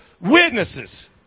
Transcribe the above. witnesses